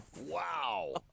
Wow